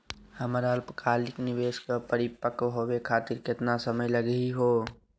हमर अल्पकालिक निवेस क परिपक्व होवे खातिर केतना समय लगही हो?